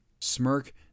Smirk